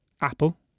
Apple